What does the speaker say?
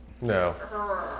No